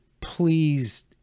please